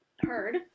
heard